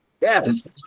Yes